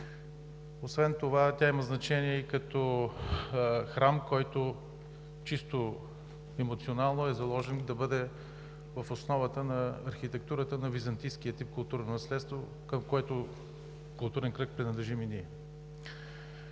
Освен това тя има значение и като храм, който чисто емоционално е заложен да бъде в основата на архитектурата на византийския тип културно наследство, към който културен кръг принадлежим и ние.